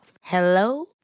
Hello